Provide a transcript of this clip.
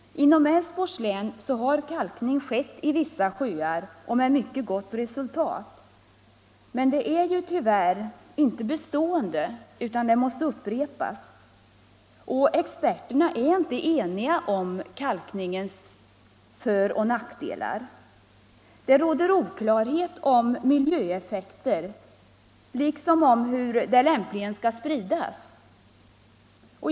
Inom Älvsborgs län har kalkning företagits i vissa sjöar med mycket gott resultat, men det är tyvärr inte bestående, utan kalkningen måste upprepas. Experterna är inte heller eniga om kalkningens föroch nackdelar. Det råder vidare oklarhet om miljöeffekterna liksom om hur kalken lämpligen bör spridas.